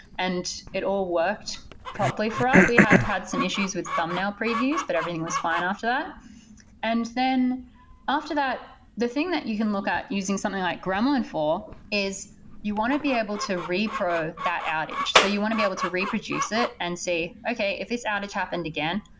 and it all worked promptly for us. we had to had some issues with thumbnail previews, but everything was fine after that. and then after that, the thing that you can look at using something like gremlin for is you want to be able to repro that outage. so you want to be able to reproduce it and say, okay. if this outage happened again,